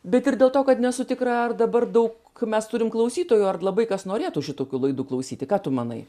bet ir dėl to kad nesu tikra ar dabar daug mes turim klausytojų ar labai kas norėtų šitokių laidų klausyti ką tu manai